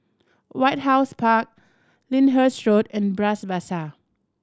White House Park Lyndhurst Road and Bras Basah